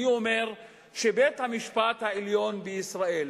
אני אומר שבית-המשפט העליון בישראל,